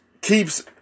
keeps